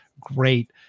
great –